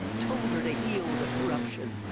told her to heal the corruption.